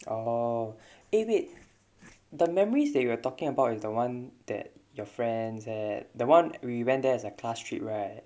orh eh wait the memories that we are talking about is the one that your friends at the one we went there as a class trip right